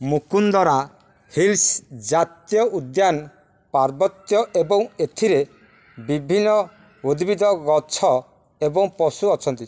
Mukundra hills ଜାତୀୟ ଉଦ୍ୟାନ ପାର୍ବତ୍ୟ ଏବଂ ଏଥିରେ ବିଭିନ୍ନ ଉଦ୍ଭିଦ ଗଛ ଏବଂ ପଶୁ ଅଛନ୍ତି